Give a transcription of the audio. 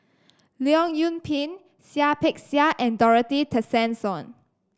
Leong Yoon Pin Seah Peck Seah and Dorothy Tessensohn